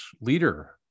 leader